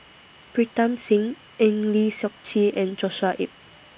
Pritam Singh Eng Lee Seok Chee and Joshua Ip